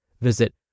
Visit